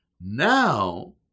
now